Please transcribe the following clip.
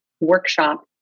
workshop